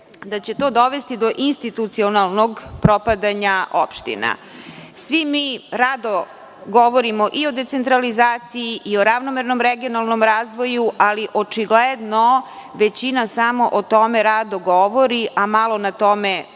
da će to dovesti do institucionalnog propadanja opština. Svi mi rado govorimo o decentralizaciji, o ravnomernom regionalnom razvoju, ali očigledno samo o tome rado govori, a malo na tome